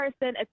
person